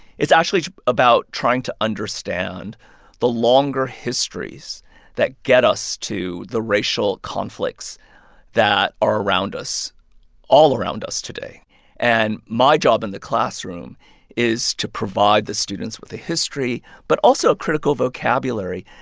it's actually about trying to understand the longer histories that get us to the racial conflicts that are around us all around us today and my job in the classroom is to provide the students with the history but also a critical vocabulary,